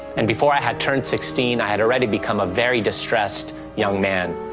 and before i had turned sixteen, i had already become a very distressed young man.